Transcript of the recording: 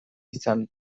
izan